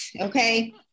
okay